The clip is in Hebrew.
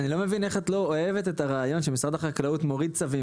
אני לא מבין איך את לא אוהבת את הרעיון שמשרד החקלאות מוריד צווים